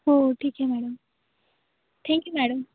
हो ठीक आहे मॅडम थँक्यू मॅडम